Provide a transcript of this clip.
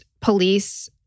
police